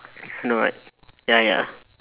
know what ya ya